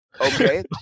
okay